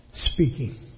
speaking